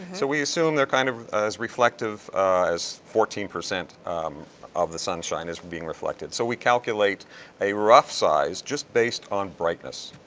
so we assume they're kind of as reflective as fourteen percent of the sunshine is being reflected. so we calculate a rough size, just based on brightness.